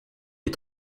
des